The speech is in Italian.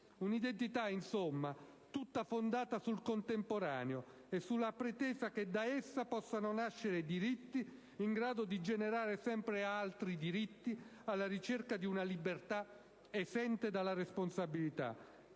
Un'identità, insomma, tutta fondata sul contemporaneo e sulla pretesa che da esso possano nascere diritti in grado di generare sempre altri diritti, alla ricerca di una libertà esente da quella responsabilità